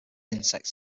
insects